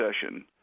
session